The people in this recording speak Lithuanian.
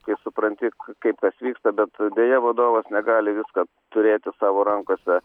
kai supranti kaip kas vyksta bet deja vadovas negali visko turėti savo rankose